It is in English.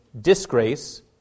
disgrace